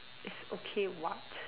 is okay [what]